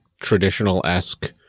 traditional-esque